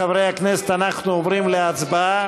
חברי הכנסת, אנחנו עוברים להצבעה.